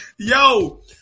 Yo